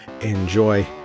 enjoy